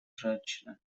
женщина